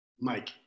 Mike